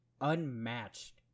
unmatched